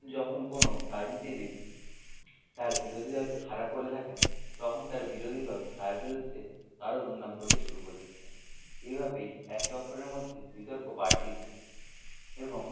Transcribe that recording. যখন কোনো রাজনীতিবিদ তার বিরোধী দলকে খারাপ বলে থাকেন তখন তার বিরোধী দল তার বিরুদ্ধে তারও দুর্নাম করতে শুরু করতে থাকেন এইভাবেই একে অপরের মধ্যে বিতর্ক বাড়তেই থাকে এবং